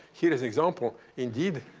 here is an example, indeed